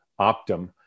Optum